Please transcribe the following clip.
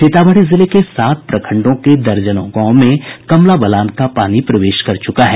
सीतामढ़ी जिले के सात प्रखंडों के दर्जनों गांव में कमला बलान का पानी प्रवेश कर चुका है